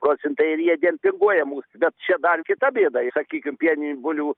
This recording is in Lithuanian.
procentai ir jie dempinguoja mus bet čia dar kita bėda ir sakykim pieninių bulių